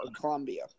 Colombia